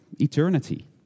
eternity